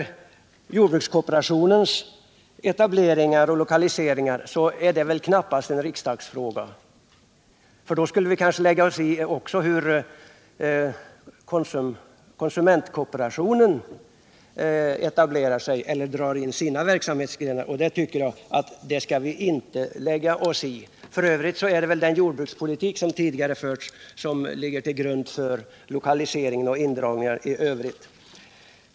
Jordbrukskooperationens etableringar och lokaliseringar är väl knappast en riksdagsfråga, ty då skulle vi kanske också lägga oss i hur konsumentkooperationen etablerar sig eller drar in sina verksamhetsgrenar. Enligt min mening skall vi inte lägga oss i sådant. F. ö. är det den tidigare förda jordbrukspolitiken som ligger till grund för lokaliseringar och indragningar.